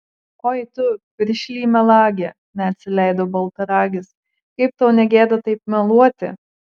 oi tu piršly melagi neatsileido baltaragis kaip tau ne gėda taip meluoti